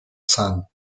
sun